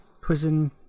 Prison